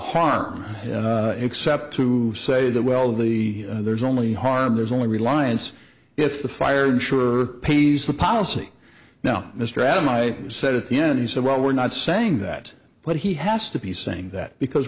harmed except to say that well the there is only harm there's only reliance if the fire ensure pays the policy now mr adam i said at the end he said well we're not saying that but he has to be saying that because